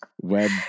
web